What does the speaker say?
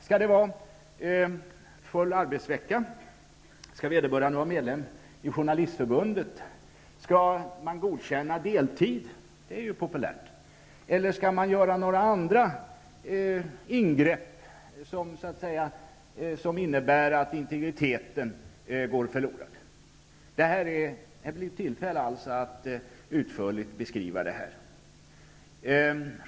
Skall det vara full arbetsvecka, skall vederbörande vara medlem i Journalistförbundet, skall man godkänna deltid -- det är populärt -- eller skall man göra några andra ingrepp som innebär att integriteten går förlorad? Här blir tillfälle att utförligt beskriva detta.